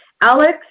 Alex